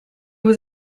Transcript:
was